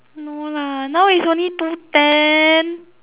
no lah now is only two ten